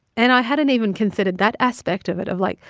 and i hadn't even considered that aspect of it of, like,